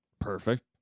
Perfect